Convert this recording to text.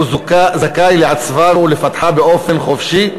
הוא זכאי לעצבה ולפתחה באופן חופשי,